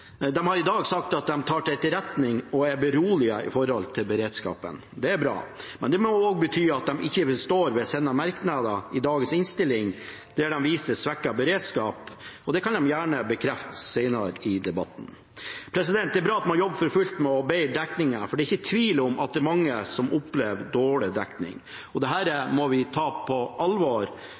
etterretning og er beroliget når det gjelder beredskapen – det er bra – men det må også bety at de ikke står ved sine merknader i dagens innstilling der de viser til svekket beredskap, og det kan de gjerne bekrefte senere i debatten. Det er bra at man jobber for fullt med å bedre dekningen, for det er ikke tvil om at det er mange som opplever dårlig dekning, og det må vi ta på alvor.